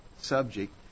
subject